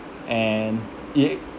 and it